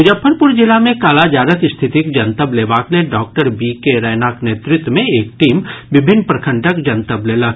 मुजफ्फरपुर जिला मे कालाजारक स्थितिक जनतब लेबाक लेल डॉक्टर बी के रैनाक नेतृत्व मे एक टीम विभिन्न प्रखंडक जनतब लेलक